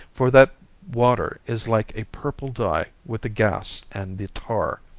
for that water is like a purple dye with the gas and the tar.